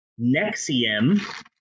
Nexium